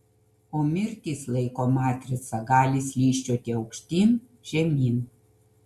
o mirtys laiko matrica gali slysčioti aukštyn žemyn